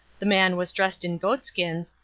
the man was dressed in goatskins,